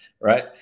Right